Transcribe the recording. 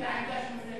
אנחנו סומכים עליכם.